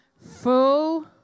full